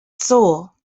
saw